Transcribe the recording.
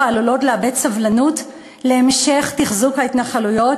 עלולות לאבד סבלנות להמשך תחזוק ההתנחלויות,